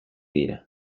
dira